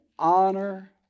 Honor